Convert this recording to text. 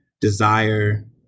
desire